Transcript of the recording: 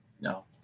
no